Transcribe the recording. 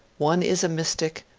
one is a mystic,